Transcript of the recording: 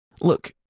Look